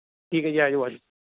ਠੀਕ ਹੈ ਜੀ ਆ ਜਾਉ ਆ ਜਾਉ